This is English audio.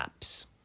apps